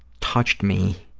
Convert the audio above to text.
touched me.